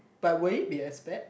but will it be as bad